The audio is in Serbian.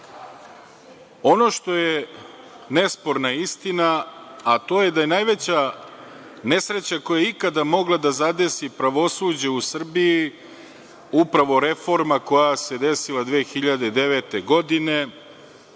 što je nesporna istina, a to je da je najveća nesreća koja je ikada mogla da zadesi pravosuđe u Srbiji upravo reforma koja se desila 2009. godine,